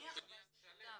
בניין שלם.